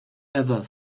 ever